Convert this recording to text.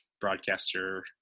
broadcaster